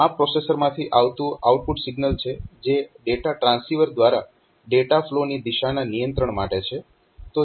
તો આ પ્રોસેસરમાંથી આવતું આઉટપુટ સિગ્નલ છે જે ડેટા ટ્રાન્સીવર દ્વારા ડેટા ફ્લો ની દિશાના નિયંત્રણ માટે છે